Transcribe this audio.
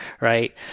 Right